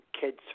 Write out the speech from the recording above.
kids